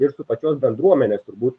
ir su pačios bendruomenės turbūt